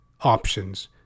options